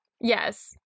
yes